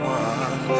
one